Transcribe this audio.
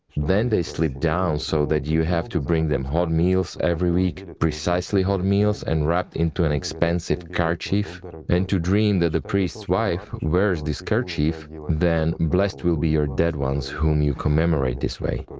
then they slip down so that you have to bring them hot meals every week. precisely hot meals, and wrapped into an expensive kerchief. and to dream that the priest's wife wears this kerchief, then blessed will be your dead ones, whom you commemorate this way.